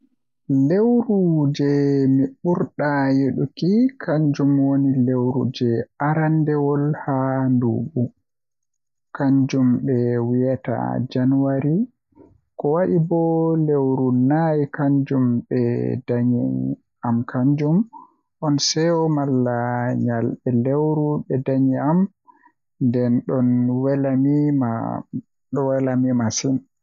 Lewru jei mi burdaa yiduki kanjum woni lewru jei arandewol haa nduubu kanjum be wiyata janwari ko wadi bo lewru nai kanjum be danyi amkanjum on seyo malla nyalande lewru be danyi am den don wela mi masin.